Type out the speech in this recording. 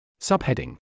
Subheading